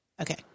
Okay